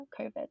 COVID